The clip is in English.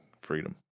freedom